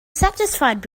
satisfied